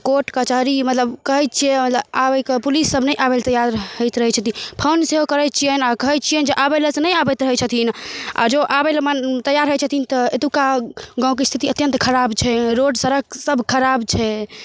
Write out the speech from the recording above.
court कचहरी मतलब कहैत छियै मतलब आबैके मतलब पुलिस सब नहि आबय लए तैयार होइत रहै छथिन फोन सेहो करै छियनि आओर कहै छियनि जे आबै लए तऽ नहि आबैत रहै छथिन आओर जँ आबय लए मानू तैयार होइ छथिन तऽ एतुका गाँवके स्थिति अत्यंत खराब छै रोड सड़क सब खराब छै